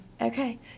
Okay